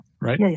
right